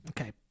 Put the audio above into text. Okay